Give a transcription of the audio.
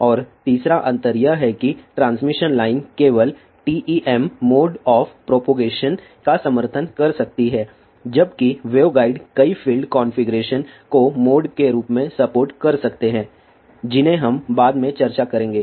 और तीसरा अंतर यह है कि ट्रांसमिशन लाइन केवल TEM मोड ऑफ प्रोपोगेशन का समर्थन कर सकती है जबकि वेवगाइड कई फील्ड कॉन्फ़िगरेशन को मोड के रूप में सपोर्ट कर सकते हैं जिन्हें हम बाद में चर्चा करेंगे